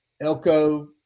Elko